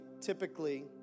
typically